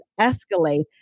escalate